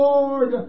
Lord